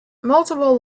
multiple